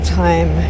time